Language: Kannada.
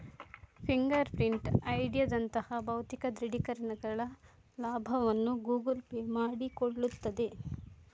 ಫಿಂಗರ್ ಪ್ರಿಂಟ್ ಐಡಿಯಂತಹ ಭೌತಿಕ ದೃಢೀಕರಣಗಳ ಲಾಭವನ್ನು ಗೂಗಲ್ ಪೇ ಪಡೆದುಕೊಳ್ಳುತ್ತದೆ